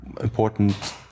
important